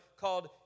called